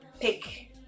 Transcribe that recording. pick